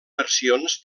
versions